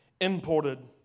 imported